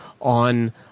on